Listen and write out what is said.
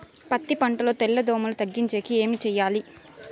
పత్తి పంటలో తెల్ల దోమల తగ్గించేకి ఏమి చేయాలి?